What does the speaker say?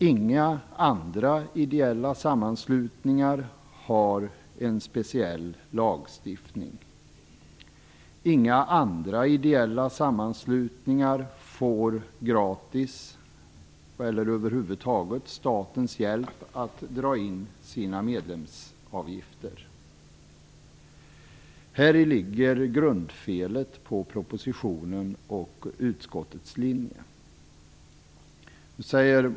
Inga andra ideella sammanslutningar har en speciell lagstiftning. De får inte heller gratis hjälp eller över huvud taget någon hjälp från staten att dra in sina medlemsavgifter. Häri ligger grundfelet i propositionen och utskottets grundlinje.